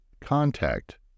contact